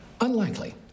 Unlikely